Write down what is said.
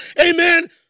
Amen